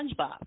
SpongeBob